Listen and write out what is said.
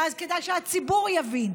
ואז כדאי שהציבור יבין: